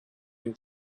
you